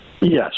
Yes